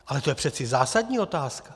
Ale to je přece zásadní otázka.